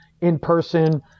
in-person